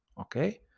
Okay